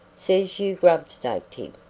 says you grub-staked him.